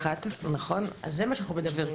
על זה אנחנו מדברים.